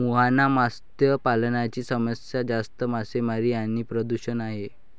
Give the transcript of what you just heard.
मुहाना मत्स्य पालनाची समस्या जास्त मासेमारी आणि प्रदूषण आहे